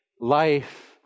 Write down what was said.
life